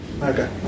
Okay